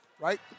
right